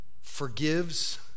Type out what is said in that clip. forgives